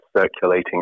circulating